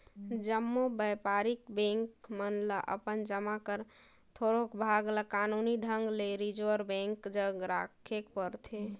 जम्मो बयपारिक बेंक मन ल अपन जमा कर थोरोक भाग ल कानूनी ढंग ले रिजर्व बेंक जग राखेक परथे